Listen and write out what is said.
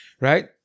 right